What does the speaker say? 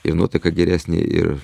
ir nuotaika geresnė ir